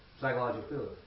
Psychological